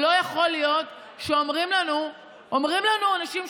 אומרים לנו אנשים,